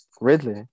Ridley